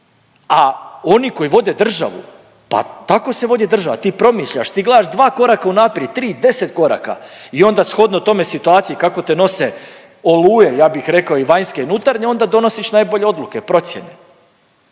A oni koji vode državu pa tako se vodi država. Ti promišljaš, ti gledaš dva koraka unaprijed, tri, deset koraka i onda shodno tome situaciji kako te nose oluje ja bih rekao i vanjske i nutarnje onda donosiš najbolje odluke, procjene.